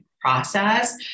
process